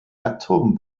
atom